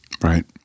Right